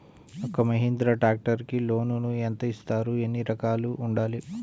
ఒక్క మహీంద్రా ట్రాక్టర్కి లోనును యెంత ఇస్తారు? ఎన్ని ఎకరాలు ఉండాలి?